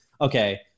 okay